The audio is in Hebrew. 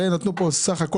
הרי הם נתנו פה סך הכול,